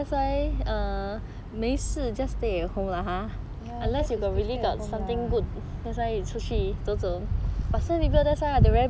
ya just stay at home lah